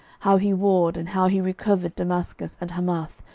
how he warred, and how he recovered damascus, and hamath,